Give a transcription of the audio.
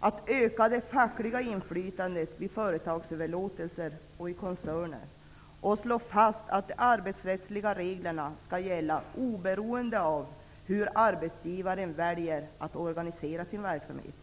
och det fackliga inflytandet vid företagsöverlåtelser och i koncerner samt slå fast att de arbetsrättsliga reglerna skall gälla oberoende av hur arbetsgivaren väljer att organisera sin verksamhet.